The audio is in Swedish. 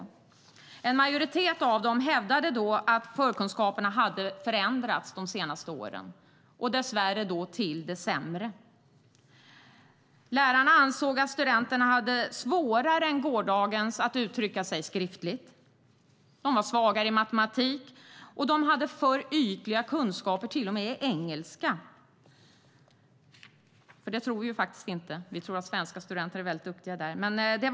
En majoritet av lärarna hävdade då att förkunskaperna hade förändrats de senaste åren - dess värre till det sämre. Lärarna ansåg att studenterna hade det svårare än gårdagens studenter att uttrycka sig skriftligt, att de var svagare i matematik och att de hade för ytliga kunskaper till och med i engelska - det tror vi faktiskt inte eftersom vi tror att svenska studenter är duktiga i engelska.